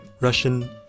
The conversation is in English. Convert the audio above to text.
Russian